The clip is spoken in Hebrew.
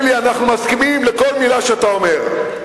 לי: אנחנו מסכימים לכל מלה שאתה אומר.